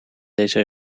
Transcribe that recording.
deze